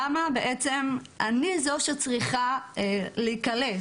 למה בעצם אני היא זו שצריכה להיכלא?